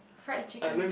fried chicken